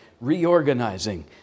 reorganizing